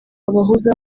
abahuza